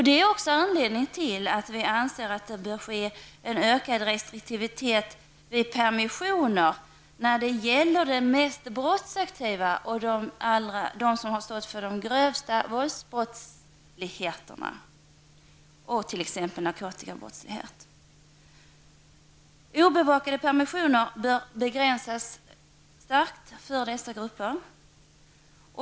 Det är också anledningen till att vi anser att det bör vara större restriktivitet i fråga om permissioner när det gäller de mest brottsaktiva och dem som har begått de grövsta våldsbrotten och t.ex. narkotikabrott. Obevakade permissioner bör begränsas starkt för dessa grupper.